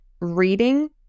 reading